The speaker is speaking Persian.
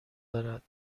دارد